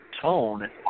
tone